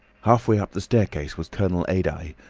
halfway up the staircase was colonel adye,